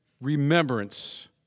remembrance